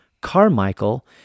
Carmichael